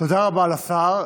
תודה רבה לשר.